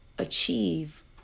achieve